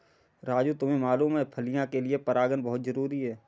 राजू तुम्हें मालूम है फलियां के लिए परागन बहुत जरूरी है